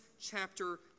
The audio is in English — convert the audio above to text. chapter